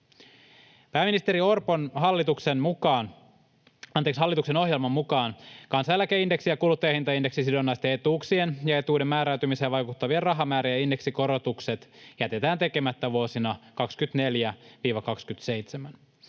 Pääministeri Orpon hallituksen ohjelman mukaan kansaneläkeindeksi- ja kuluttajahintaindeksisidonnaisten etuuksien ja etuuden määräytymiseen vaikuttavien rahamäärien indeksikorotukset jätetään tekemättä vuosina 24—27.